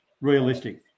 realistic